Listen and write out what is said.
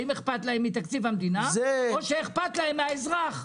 היא האם אכפת להם מתקציב המדינה או אכפת להם מהאזרח?